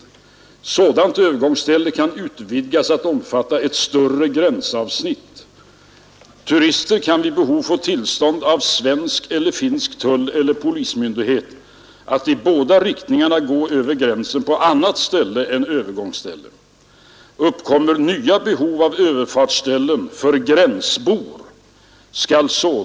Sådant övergångsställe kan utvidgas att omfatta ett större gränsavsnitt. Turister kan vid behov få tillstånd av svensk eller finsk tulleller polismyndighet att i båda riktningarna gå över gränsen på annat ställe än övergångsställe.